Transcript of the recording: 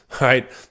right